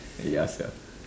eh ya sia